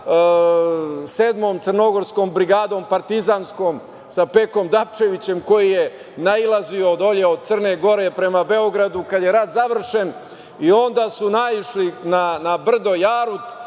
crnogorskom brigadom partizanskom, sa Pekom Dapčevićem koji nailazio dole od Crne Gore prema Beogradu kad je rat završen. Onda su naišli na brdo Jarut